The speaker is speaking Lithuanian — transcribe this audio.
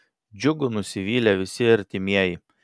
džiugu nusivylė visi artimieji